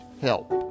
help